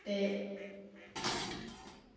ते